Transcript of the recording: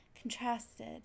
contrasted